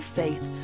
faith